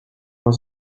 was